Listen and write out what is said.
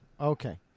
okay